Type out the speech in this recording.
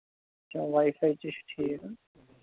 چلو واے فاے تہِ چھُ ٹھیٖک